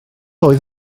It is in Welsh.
oedd